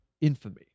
infamy